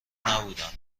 نبودم